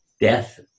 death